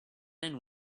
and